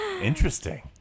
Interesting